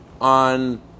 on